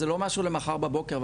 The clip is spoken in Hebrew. זה לא משהו למחר בבוקר,